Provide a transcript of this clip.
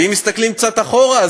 ואם מסתכלים קצת אחורה,